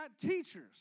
teachers